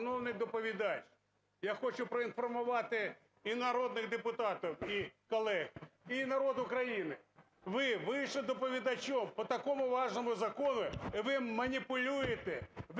Я хочу проінформувати і народних депутатів, і колег, і народ України: ви вийшли доповідачем по такому важному закону - і ви маніпулює, ви тлумачите